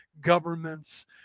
governments